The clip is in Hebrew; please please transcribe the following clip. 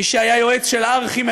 מי שהיה היועץ של הארכי-מחבל